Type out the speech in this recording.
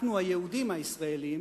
אנחנו היהודים הישראלים